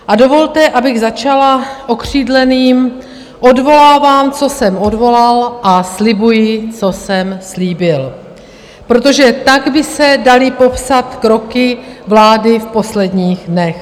A dovolte, abych začala okřídleným: Odvolávám, co jsem odvolal, a slibuji, co jsem slíbil, protože tak by se daly popsat kroky vlády v posledních dnech.